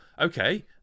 okay